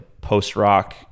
post-rock